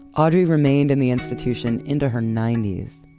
audrey remained in the institution into her ninety s.